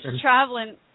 traveling